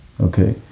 Okay